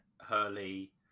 Hurley